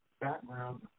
background